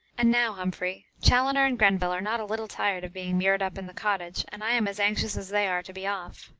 and now, humphrey, chaloner and grenville are not a little tired of being mured up in the cottage, and i am as anxious as they are to be off.